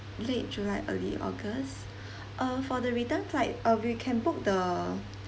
late july early august uh for the return flight uh we can book the